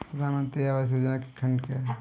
प्रधानमंत्री आवास योजना के खंड क्या हैं?